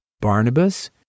Barnabas